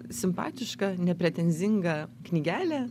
simpatiška nepretenzinga knygelė